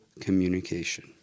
communication